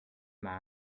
man